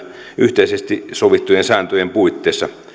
yhteisesti sovittujen sääntöjen puitteissa